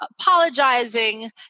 apologizing